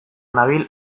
nabil